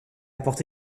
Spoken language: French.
apporte